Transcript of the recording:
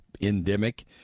endemic